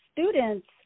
students